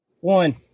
One